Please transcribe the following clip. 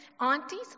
aunties